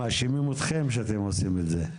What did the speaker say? מאשימים אתכם שאתם עושים את זה.